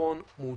ביטחון מעודכן.